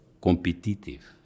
Competitive